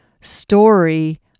story